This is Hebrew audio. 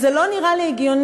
זה לא נראה לי הגיוני,